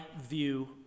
view